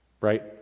right